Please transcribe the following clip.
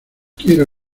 quiero